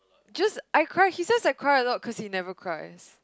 just I cry he says I cry a lot cause he never cries